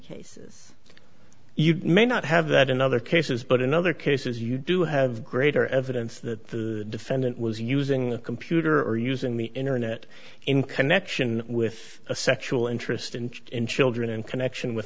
cases you may not have that in other cases but in other cases you do have greater evidence that the defendant was using a computer or using the internet in connection with a sexual interest interest in children in connection with